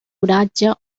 oratge